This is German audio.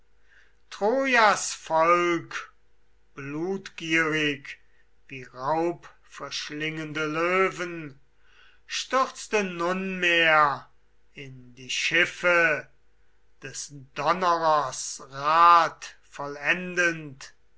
trojas volk blutgierig wie raubverschlingende löwen stürzte nunmehr in die schiffe des donnerers rat vollendend